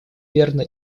верно